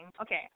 Okay